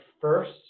first